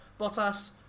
Bottas